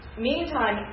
Meantime